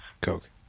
coke